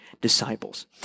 disciples